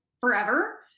forever